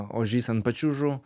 ožys ant pačiūžų